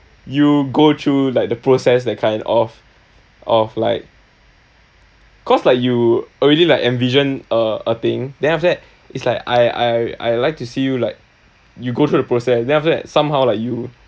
you go through like the process that kind of of like cause like you already like envision a a thing then after that it's like I I I like to see you like you go through the process then after that somehow like you